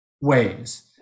ways